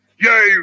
Yay